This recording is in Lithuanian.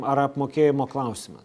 ar apmokėjimo klausimas